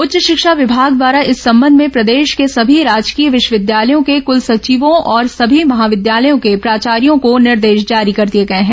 उच्च शिक्षा विभाग द्वारा इस संबंध में प्रदेश के सभी राजकीय विश्वविद्यालयों के कलसचिवों और सभी महाविद्यालयों के प्राचायों को निर्देश जारी कर दिए गए हैं